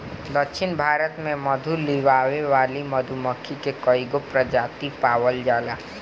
दक्षिण भारत में मधु लियावे वाली मधुमक्खी के कईगो प्रजाति पावल जाला